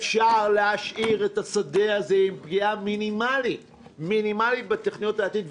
אפשר להשאיר את השדה הזה עם פגיעה מינימלית בתוכניות לעתיד,